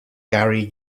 garry